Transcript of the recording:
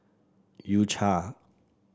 U Cha